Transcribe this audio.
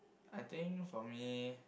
I think for me